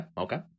okay